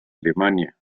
alemania